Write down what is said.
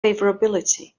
favorability